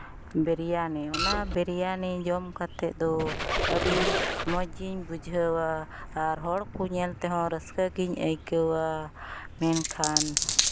ᱵᱤᱨᱭᱟᱱᱤ ᱚᱱᱟ ᱵᱤᱨᱭᱟᱱᱤ ᱡᱚᱢ ᱠᱟᱛᱮᱫ ᱫᱚ ᱟᱹᱰᱤ ᱢᱚᱡᱽ ᱤᱧ ᱵᱩᱡᱷᱟᱹᱣᱟ ᱟᱨ ᱦᱚᱲ ᱠᱚ ᱧᱮᱞ ᱛᱮᱦᱚᱸ ᱨᱟᱹᱥᱠᱟᱹ ᱜᱤᱧ ᱟᱹᱭᱠᱟᱹᱣᱟ ᱢᱮᱠᱷᱟᱱ